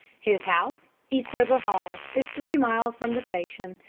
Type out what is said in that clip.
his house, eastover hall, is three miles from the station,